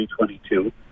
2022